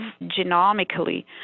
genomically